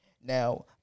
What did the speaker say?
Now